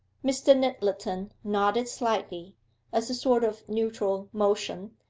mr. nyttleton nodded slightly, as a sort of neutral motion,